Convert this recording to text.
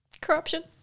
corruption